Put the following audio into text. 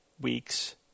weeks